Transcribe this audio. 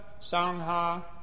Sangha